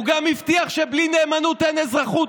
הוא גם הבטיח שבלי נאמנות אין אזרחות.